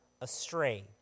astray